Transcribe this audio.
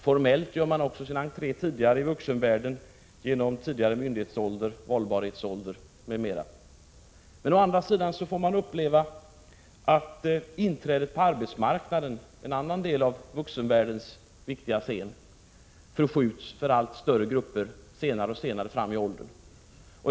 Formellt gör man också sin entré i vuxenvärlden tidigare på grund av lägre myndighetsålder, valbarhetsålder m.m. Å andra sidan får man uppleva att inträdet på arbetsmarknaden — en annan del av vuxenvärldens viktiga scen — för allt större grupper sker allt högre upp i åldrarna.